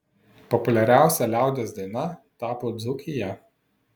populiariausia liaudies daina tapo dzūkija